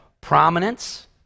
prominence